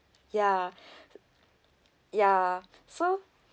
ya ya so